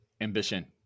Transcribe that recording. ambition